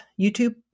YouTube